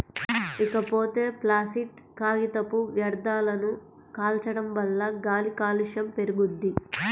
ఇకపోతే ప్లాసిట్ కాగితపు వ్యర్థాలను కాల్చడం వల్ల గాలి కాలుష్యం పెరుగుద్ది